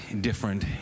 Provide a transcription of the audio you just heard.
different